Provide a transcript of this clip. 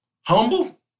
Humble